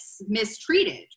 mistreated